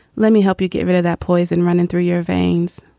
let me help you. get rid of that poison running through your veins.